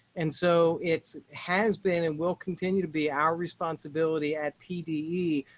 and so it has been and will continue to be our responsibility at pd.